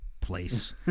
Place